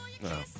No